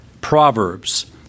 Proverbs